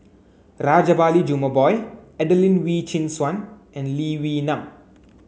Rajabali Jumabhoy Adelene Wee Chin Suan and Lee Wee Nam